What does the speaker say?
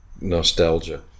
nostalgia